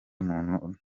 muntu